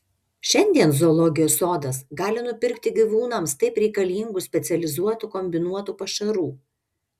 šiandien zoologijos sodas gali nupirkti gyvūnams taip reikalingų specializuotų kombinuotų pašarų